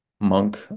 monk